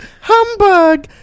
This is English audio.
Humbug